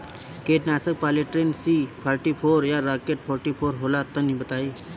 कीटनाशक Polytrin C forty four या Rocket forty four होला तनि बताई?